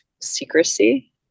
secrecy